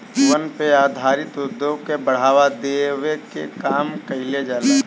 वन पे आधारित उद्योग के बढ़ावा देवे के काम कईल जाला